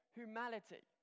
humanity